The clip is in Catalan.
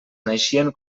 naixien